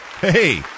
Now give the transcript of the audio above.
Hey